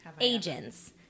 Agents